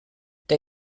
der